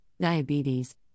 diabetes